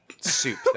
soup